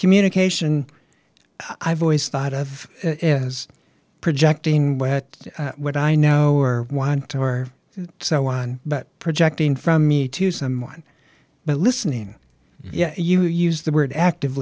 communication i've always thought of it as projecting what would i know or want to or so on but projecting from me to someone but listening yeah you use the word active